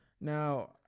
Now